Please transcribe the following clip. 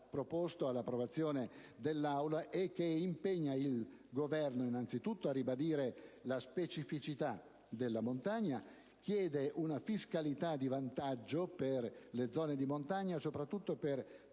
proposto all'approvazione dell'Assemblea e che impegna il Governo innanzitutto a ribadire la specificità della montagna, chiede una fiscalità di vantaggio per le zone di montagna, soprattutto per